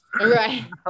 right